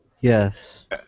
Yes